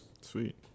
Sweet